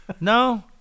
no